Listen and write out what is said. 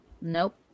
Nope